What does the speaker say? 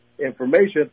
information